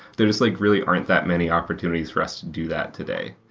there's like really aren't that many opportunities for us to do that today.